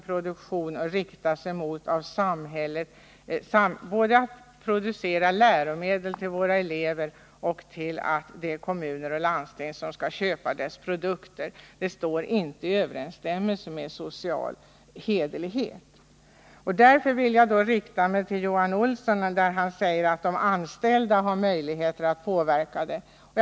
Dessutom var det ju fråga om ett företag som producerar läromedel och alltså framställer produkter som kommuner och landsting köper. Jag vill rikta mig till Johan Olsson, eftersom han sade att de anställda har möjligheter att påverka företaget.